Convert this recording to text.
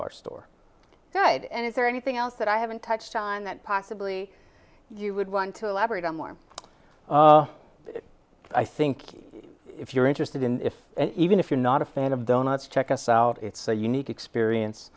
our store good and is there anything else that i haven't touched on that possibly you would want to elaborate on more i think if you're interested in even if you're not a fan of donuts check us out it's a unique experience